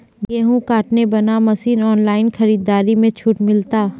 गेहूँ काटे बना मसीन ऑनलाइन खरीदारी मे छूट मिलता?